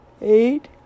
Eight